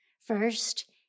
First